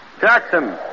Jackson